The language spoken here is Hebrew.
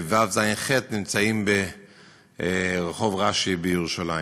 וכיתות ו', ז', ח' נמצאות ברחוב רש"י בירושלים.